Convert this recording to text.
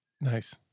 Nice